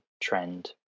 trend